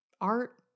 art